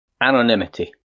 Anonymity